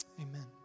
Amen